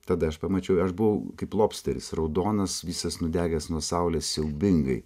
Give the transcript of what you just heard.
tada aš pamačiau aš buvau kaip lobsteris raudonas visas nudegęs nuo saulės siaubingai